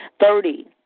Thirty